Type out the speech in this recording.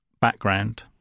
Background